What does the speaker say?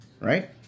right